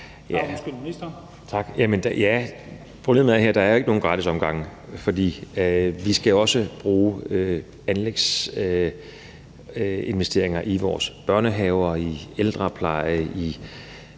her, at der ikke er nogen gratis omgange. For vi skal jo også bruge anlægsinvesteringer i vores børnehaver, i ældreplejen